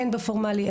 הן בפורמלי,